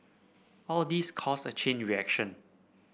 all these cause a chain reaction